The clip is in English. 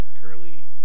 curly